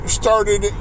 started